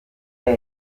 nabi